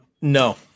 no